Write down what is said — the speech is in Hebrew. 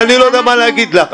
אני לא יודע מה להגיד לך.